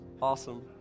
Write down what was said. Awesome